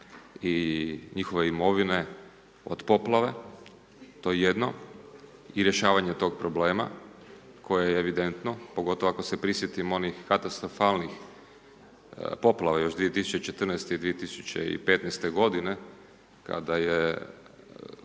i njihove imovine od poplave, to je jedno, i rješavanje tog problema, koje je evidentno, pogotovo ako se prisjetimo onih katastrofalnih poplave još 2014. i 2015. godine, kada je